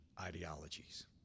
ideologies